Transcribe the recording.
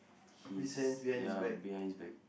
his ya behind his back